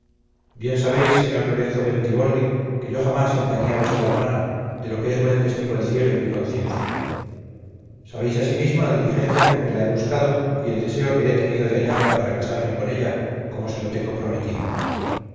bien sabéis señor lorenzo bentibolli que yo jamás engañé a vuestra hermana de lo que es buen testigo el cielo y mi conciencia sabéis asimismo la diligencia con que la he buscado y el deseo que he tenido de hallarla para casarme con ella como se lo tengo prometido